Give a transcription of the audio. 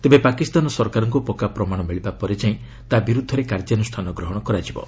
ତେବେ ପାକିସ୍ତାନ ସରକାରଙ୍କୁ ପକ୍କା ପ୍ରମାଣ ମିଳିବା ପରେ ଯାଇଁ ତା' ବିର୍ବ୍ଧରେ କାର୍ଯ୍ୟାନ୍ଷାନ ଗ୍ରହଣ କରାଯାଇପାରିବ